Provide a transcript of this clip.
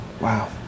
Wow